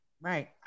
right